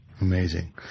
Amazing